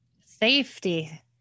safety